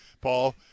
Paul